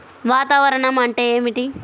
వాతావరణం అంటే ఏమిటి?